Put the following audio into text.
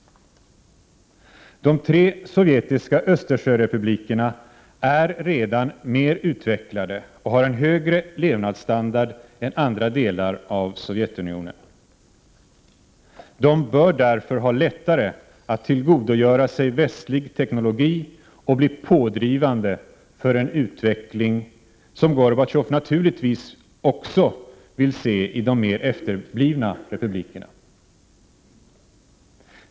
De tre sovjetiska Östersjörepublikerna är redan mer utvecklade och har en högre levnadsstandard än andra delar av Sovjetunionen. De bör därför ha lättare att tillgodogöra sig västlig teknologi och bli pådrivande för en utveckling som Gorbatjov naturligtvis vill se också i de mer efterblivna republikerna.